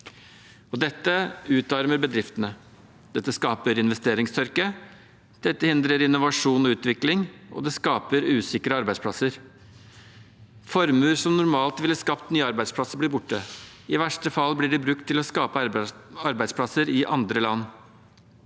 Dette utarmer bedriftene, det skaper investeringstørke, det hindrer innovasjon og utvikling, og det skaper usikre arbeidsplasser. Formuer som normalt ville skapt nye arbeidsplasser, blir borte. I verste fall blir de brukt til å skape arbeidsplasser i andre land.